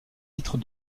litres